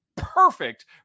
perfect